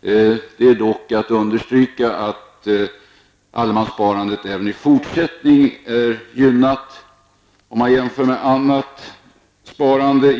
Jag vill dock understryka att allemanssparandet även i fortsättningen är en gynnad sparform om man jämför med annat sparande.